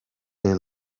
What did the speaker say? they